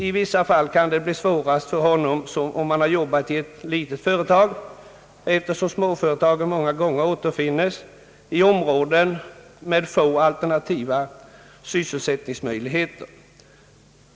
I vissa fall kan det bli svårast för honom om han har jobbat i ett litet företag, eftersom småföretagen många gånger återfinns i områden med få alternativa sysselsättningsmöjligheter.